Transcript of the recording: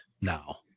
now